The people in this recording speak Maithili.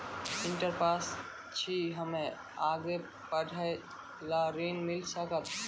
इंटर पास छी हम्मे आगे पढ़े ला ऋण मिल सकत?